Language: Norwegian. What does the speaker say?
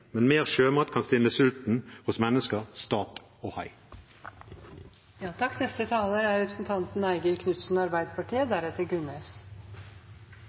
men mer sjømat kan stille sulten hos mennesker, stat og